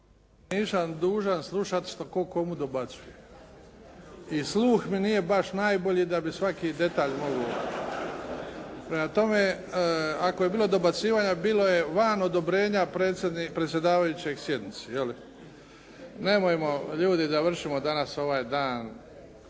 Nisam dužan slušati tko komu dobacuje. I sluh mi nije baš najbolji da bi svaki detalj mogao… Prema tome, ako je bilo dobacivanja bilo je van odobrenja predsjedavajućeg sjednici. Nemojmo, ljudi, završimo danas ovaj dan.